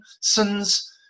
sins